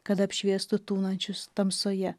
kad apšviestų tūnančius tamsoje